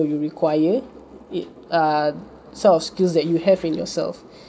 or you require it ah sort of skills that you have in yourself